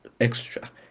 extra